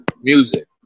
music